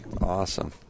Awesome